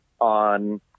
on